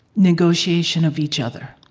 negotiation of each other.